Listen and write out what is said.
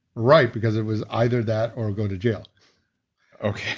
right, because it was either that or go to jail okay.